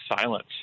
silence